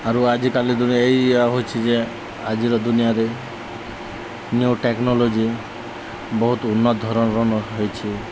ଆରୁ ଆଜିକାଲି ଦୁନିଆ ଏଇ ହୋଇଛି ଯେ ଆଜିର ଦୁନିଆରେ ନ୍ୟୁ ଟେକ୍ନୋଲୋଜି ବହୁତ ଉନ୍ନତଧରଣର ହେଇଛି